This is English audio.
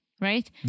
right